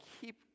keep